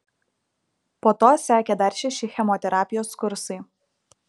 po to sekė dar šeši chemoterapijos kursai